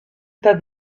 pas